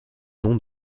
nom